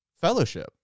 fellowship